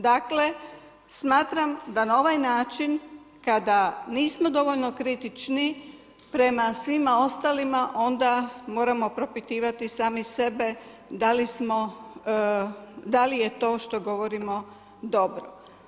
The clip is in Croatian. Dakle smatram da na ovaj način kada nismo dovoljno kritični prema svima ostalima onda moramo propitivati sami sebe da li je to što govorimo dobro.